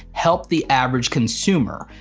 help the average consumer?